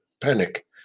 panic